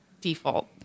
Default